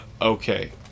Okay